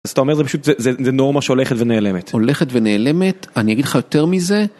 אז אתה אומר זה פשוט זה נורמה שהולכת ונעלמת. הולכת ונעלמת, אני אגיד לך יותר מזה.